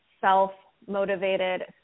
self-motivated